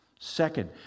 Second